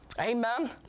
Amen